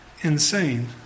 insane